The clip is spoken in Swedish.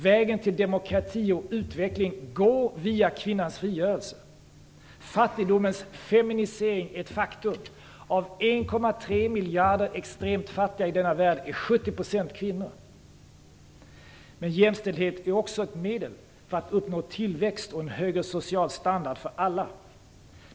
Vägen till demokrati och utveckling går via kvinnans frigörelse. Fattigdomens feminisering är ett faktum. Av 1,3 miljarder extremt fattiga i denna värld är 70 % kvinnor. Men jämställdhet är också ett medel för att alla skall uppnå tillväxt och en högre social standard.